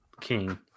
King